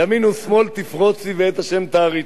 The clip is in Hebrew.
ימין ושמאל תפרוצי ואת ה' תעריצי.